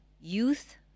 youth